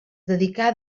dedicà